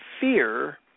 fear